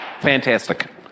Fantastic